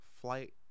flight